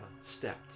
stepped